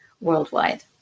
worldwide